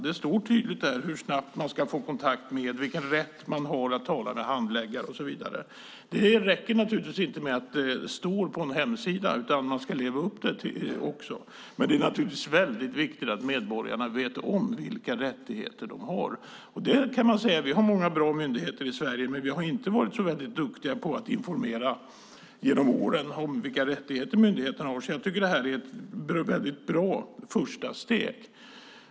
Det står tydligt hur snabbt man ska få kontakt, vilken rätt man har att tala med handläggare och så vidare. Det räcker naturligtvis inte att det står på en hemsida, utan man ska leva upp till det också. Det är väldigt viktigt att medborgarna vet vilka rättigheter de har. Man kan säga att vi har många bra myndigheter i Sverige, men vi har inte varit så duktiga genom åren på att informera om vilka rättigheter medborgarna har. Därför tycker jag att det här är ett bra första steg.